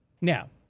Now